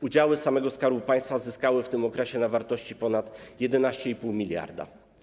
Udziały samego Skarbu Państwa zyskały w tym okresie na wartości ponad 11,5 mld.